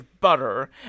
butter